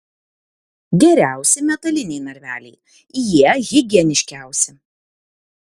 geriausi metaliniai narveliai jie higieniškiausi